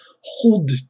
Hold